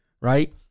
Right